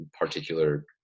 particular